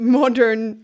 modern